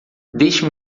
deixe